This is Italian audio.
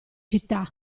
città